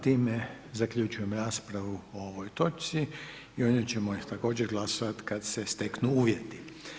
Time zaključujem raspravu o ovoj točci i o njoj ćemo također glasovati kada se steknu uvjeti.